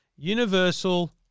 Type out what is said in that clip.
Universal